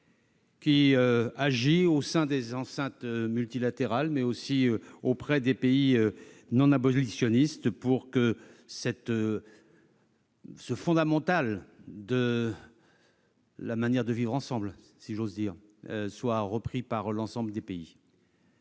qui agit au sein des enceintes multilatérales, mais aussi des pays non abolitionnistes, pour que ce principe fondamental de la manière de vivre ensemble, si je puis dire, soit adopté par l'ensemble des pays.